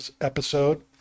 episode